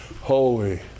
holy